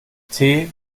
tee